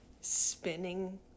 spinning